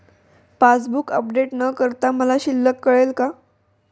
Passbook update न करता मला शिल्लक कळेल का?